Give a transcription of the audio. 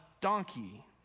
donkey